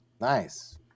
Nice